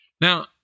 now